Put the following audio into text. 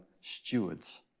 stewards